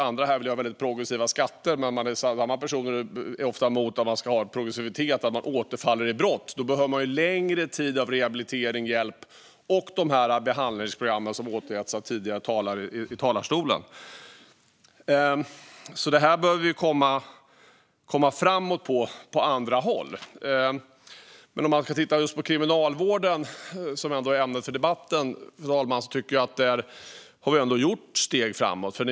Andra här vill ha mycket progressiva skatter, men samma personer är ofta emot att ha progressivitet vid återfall i brott. Då behövs längre tid med rehabilitering, hjälp och behandlingsprogram, som tagits upp av talare tidigare här i talarstolen. Detta behöver vi komma framåt med på andra håll. Om vi tittar på kriminalvården, som är ämnet för debatten, fru talman, ser vi att vi ändå har gjort framsteg.